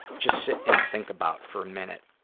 just sit and think about for a minute.